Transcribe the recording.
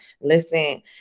listen